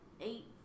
eight